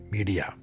Media